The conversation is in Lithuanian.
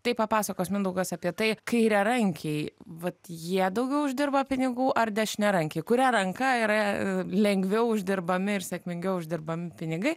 tai papasakos mindaugas apie tai kairiarankiai vat jie daugiau uždirba pinigų ar dešiniarankiai kuria ranka yra lengviau uždirbami ir sėkmingiau uždirbami pinigai